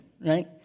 right